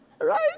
Right